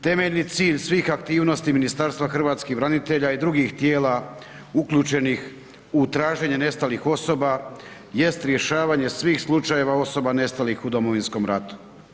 Temeljni cilj svih aktivnosti Ministarstva hrvatskih branitelja i drugih tijela uključenih u traženje nestalih osoba jest rješavanje svih slučajeva osoba nestalih u Domovinskog ratu.